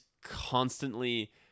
constantly